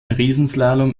riesenslalom